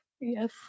Yes